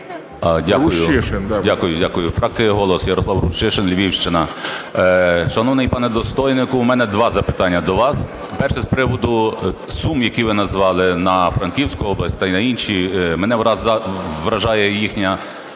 Дякую-дякую. Фракція "Голос", Ярослав Рущишин, Львівщина. Шановний пане достойнику, у мене два запитання до вас. Перше – з приводу сум, які ви назвали на Франківську область та й на інші. Мене вражає їхня